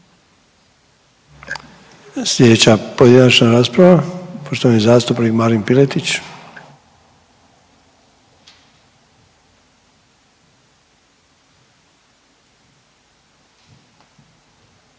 Sljedeća pojedinačna rasprava poštovani zastupnik Marin Piletić.